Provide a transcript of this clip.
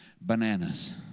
bananas